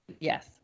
Yes